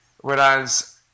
whereas